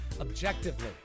objectively